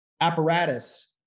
apparatus